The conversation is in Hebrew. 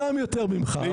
זה גם יותר ממך.